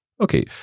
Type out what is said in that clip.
okay